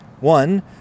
One